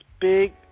big